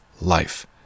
life